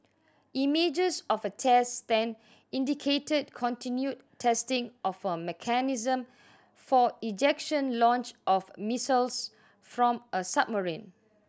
images of a test stand indicated continued testing of a mechanism for ejection launch of missiles from a submarine